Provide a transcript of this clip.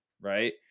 right